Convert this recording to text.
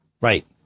Right